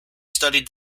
studied